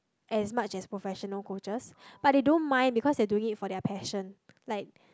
as much as professional coaches but they don't mind because they are doing in for their passion like